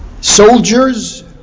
soldiers